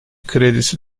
kredisi